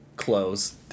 close